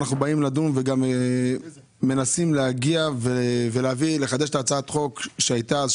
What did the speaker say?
אנחנו באים לדון וגם מנסים להגיע ולחדש את הצעת החוק שהייתה אז,